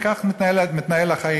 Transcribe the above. וכך מתנהלים החיים.